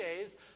days